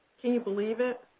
can you believe it?